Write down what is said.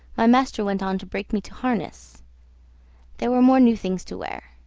my master went on to break me to harness there were more new things to wear.